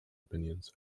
opinions